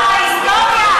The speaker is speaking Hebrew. לא יעזור לכם.